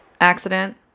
accident